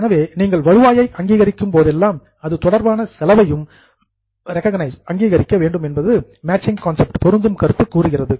எனவே நீங்கள் வருவாயை அங்கீகரிக்கும் போதெல்லாம் அது தொடர்பான செலவையும் ரெக்ககன்ஐஸ் அங்கீகரிக்க வேண்டும் என்று மேட்சிங் கான்செப்ட் பொருந்தும் கருத்து கூறுகிறது